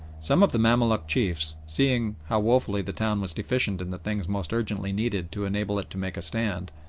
some of the mamaluk chiefs, seeing how woefully the town was deficient in the things most urgently needed to enable it to make a stand,